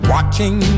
Watching